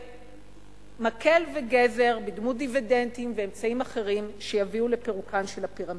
ומקל וגזר בדמות דיבידנדים ואמצעים אחרים שיביאו לפירוקן של הפירמידות.